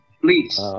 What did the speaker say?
Please